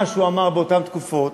מה שהוא אמר באותן תקופות,